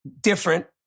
different